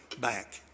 back